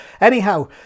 anyhow